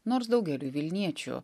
nors daugeliui vilniečių